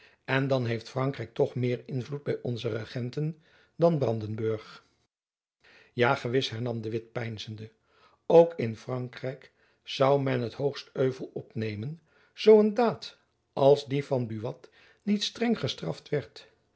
en dan heeft frankrijk toch meer invloed by onze regenten dan brandenburg ja gewis hernam de witt peinzende ook in frankrijk zoû men het hoogst euvel opnemen zoo een daad als die van buat niet streng gestraft